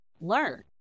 learn